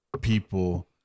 people